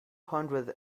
hundred